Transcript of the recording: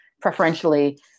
preferentially